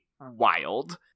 Wild